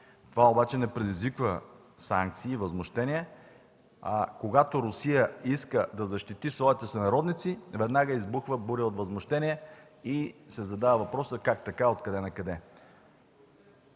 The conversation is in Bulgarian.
Това обаче не предизвиква санкции и възмущения, а когато Русия иска да защити своите сънародници, веднага избухва буря от възмущение и се задава въпросът: как така, откъде накъде?